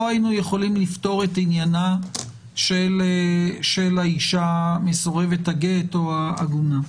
לא היינו יכולים לפתור את עניינה של האישה מסורבת הגט או העגונה?